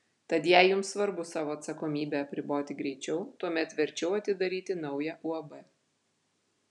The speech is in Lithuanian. tad jei jums svarbu savo atsakomybę apriboti greičiau tuomet verčiau atidaryti naują uab